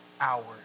hours